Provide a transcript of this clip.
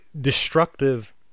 destructive